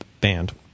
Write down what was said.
Band